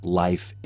life